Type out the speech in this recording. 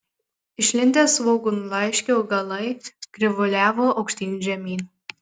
išlindę svogūnlaiškio galai krivuliavo aukštyn žemyn